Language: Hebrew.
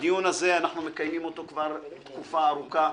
את הדיון הזה אנחנו מקיימים כבר תקופה ארוכה,